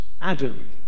Adam